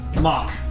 Mock